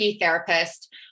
therapist